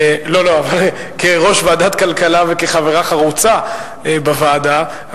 כראש ועדת כלכלה וכחברה חרוצה בוועדה,